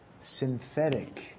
Synthetic